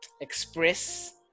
express